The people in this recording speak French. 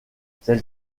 celle